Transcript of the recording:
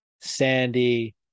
Sandy